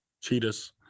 cheetahs